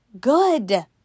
good